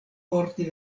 porti